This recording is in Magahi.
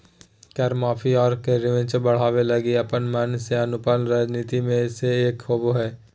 कर माफी, आरो कर रेवेन्यू बढ़ावे लगी अपन मन से अनुपालन रणनीति मे से एक होबा हय